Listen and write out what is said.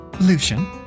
Lucian